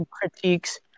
critiques